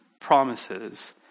promises